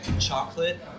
chocolate